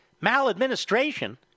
Maladministration